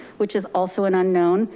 which is also an unknown,